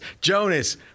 Jonas